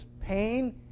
pain